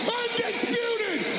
undisputed